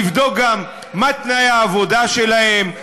לבדוק גם מה תנאי העבודה שלהם,